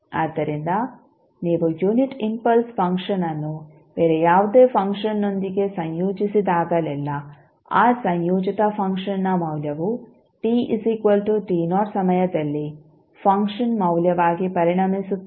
ಆದ್ದರಿಂದ ನೀವು unit impulse function ಅನ್ನು ಬೇರೆ ಯಾವುದೇ ಫಂಕ್ಷನ್ನೊಂದಿಗೆ ಸಂಯೋಜಿಸಿದಾಗಲೆಲ್ಲಾ ಆ ಸಂಯೋಜಿತ ಫಂಕ್ಷನ್ನ ಮೌಲ್ಯವು ಸಮಯದಲ್ಲಿ ಫಂಕ್ಷನ್ ಮೌಲ್ಯವಾಗಿ ಪರಿಣಮಿಸುತ್ತದೆ